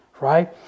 right